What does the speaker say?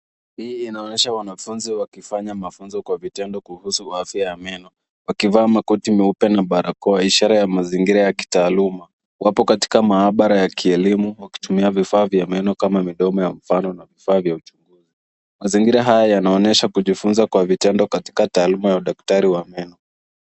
Hii inaonyesha wanafunzi wakifanya mafunzo kwa vitendo kuhusu afya ya meno wakivaa makoti meupe na barakoa ishara ya mazingira ya kitaaluma. Wapo katika maabara ya kielimu wakitumia vifaa vya meno kama midomo ya mifano na vifaa vya uchunguzi. Mazingira haya yanaonyesha kujifunza kwa vitendo katika taaluma ya udaktari wa meno.